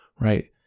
right